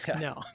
No